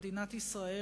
למדינת ישראל,